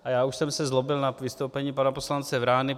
A já už jsem se zlobil nad vystoupením pana poslance Vrány.